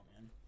man